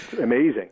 Amazing